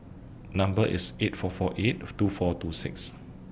Number IS eight four four eight two four two six